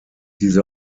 diese